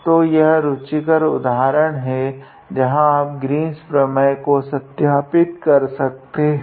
तो यह रुचिकर उदाहरण है जहाँ आप ग्रीन्स प्रमेय को सत्यापित कर सकते है